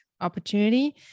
opportunity